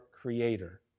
creator